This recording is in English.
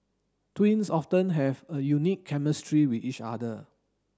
twins often have a unique chemistry with each other